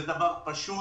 זה דבר פשוט